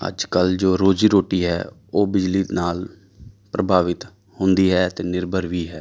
ਅੱਜ ਕੱਲ੍ਹ ਜੋ ਰੋਜ਼ੀ ਰੋਟੀ ਹੈ ਉਹ ਬਿਜਲੀ ਨਾਲ ਪ੍ਰਭਾਵਿਤ ਹੁੰਦੀ ਹੈ ਅਤੇ ਨਿਰਭਰ ਵੀ ਹੈ